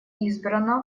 избрано